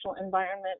environment